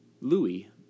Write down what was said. Louis